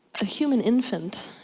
a human infant,